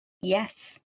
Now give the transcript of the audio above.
Yes